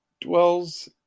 dwells